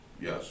Yes